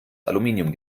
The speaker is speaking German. aluminium